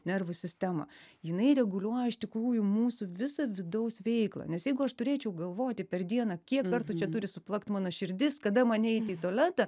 nervų sistema jinai reguliuoja iš tikrųjų mūsų visą vidaus veiklą nes jeigu aš turėčiau galvoti per dieną kiek kartų čia turi suplakt mano širdis kada man eiti į tualetą